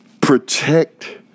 protect